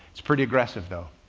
it's pretty aggressive though.